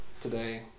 today